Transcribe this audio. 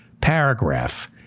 paragraph